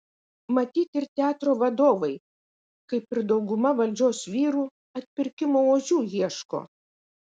matyt ir teatro vadovai kaip ir dauguma valdžios vyrų atpirkimo ožių ieško